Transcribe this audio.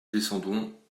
descendons